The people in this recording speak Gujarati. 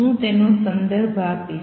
હું તેનો સંદર્ભ આપીશ